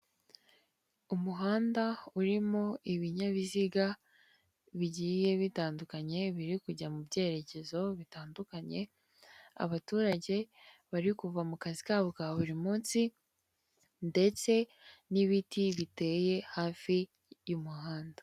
Umuhanda urimo ibinyabiziga bigiye bitandukanye biri kujya mu byerekezo bitandukanye abaturage bari kuva mu kazi kabo ka buri munsi ndetse n'ibiti biteye hafi y'umuhanda.